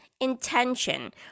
intention